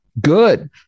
Good